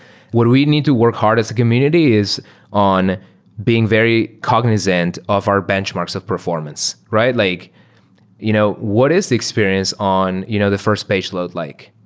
what we need to work hard as a community is on being very cognizant of our benchmarks of performance, right? like you know what is the experience on you know the first page load like?